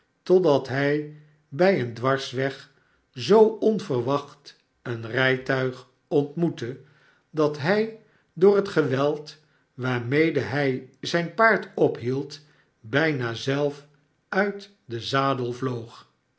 totdat hij bij een dwarsweg zoo onverwacht een rijtuig ontmoette dat hij door het geweld waarmede hij zijn paard ophield bijna zelf uit den zadel vloog